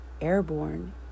Airborne